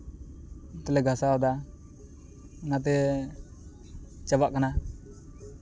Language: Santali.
ᱚᱱᱟ ᱛᱮᱞᱮ ᱜᱷᱟᱥᱟᱣᱫᱟ ᱚᱱᱟᱛᱮ ᱪᱟᱵᱟᱜ ᱠᱟᱱᱟ